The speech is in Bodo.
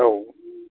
औ